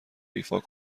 ایفا